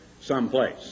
someplace